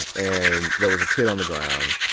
and there was a kid on the ground.